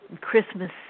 Christmas